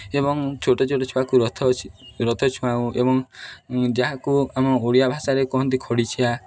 ଏବଂ ଛୋଟ ଛୋଟ ଛୁଆକୁ ରଥ ରଥ ଛୁଆଁଉ ଏବଂ ଯାହାକୁ ଆମ ଓଡ଼ିଆ ଭାଷାରେ କୁହନ୍ତି ଖଡ଼ିଛିିଆଁ